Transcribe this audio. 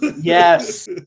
Yes